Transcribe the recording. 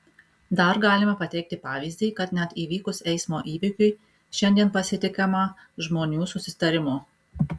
dar galime pateikti pavyzdį kad net įvykus eismo įvykiui šiandien pasitikima žmonių susitarimu